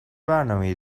برنامهای